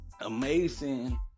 amazing